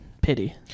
pity